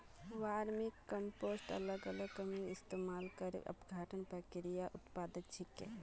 vermicompost अलग अलग कृमिर इस्तमाल करे अपघटन प्रक्रियार उत्पाद छिके